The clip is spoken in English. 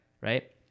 right